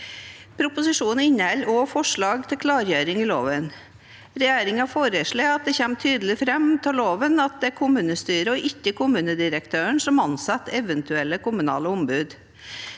Proposisjonen inneholder også forslag til klargjøringer i loven. Regjeringen foreslår at det kommer tydelig fram av loven at det er kommunestyret, ikke kommunedirektøren, som ansetter eventuelle kommunale ombud.